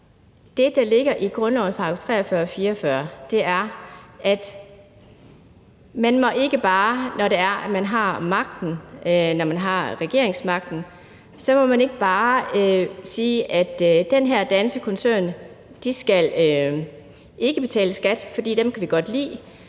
Det, der ligger i grundlovens § 43 og 44 er, at man, når man har regeringsmagten, ikke bare må sige, at den her danske koncern skal ikke betale skat, for dem kan vi godt lide,